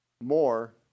more